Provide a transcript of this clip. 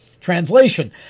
Translation